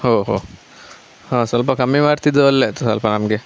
ಹೊ ಹೊ ಸ್ವಲ್ಪ ಕಮ್ಮಿ ಮಾಡ್ತಿದ್ದರೆ ಒಳ್ಳೇದ್ ಸ್ವಲ್ಪ ನಮಗೆ